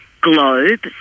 globe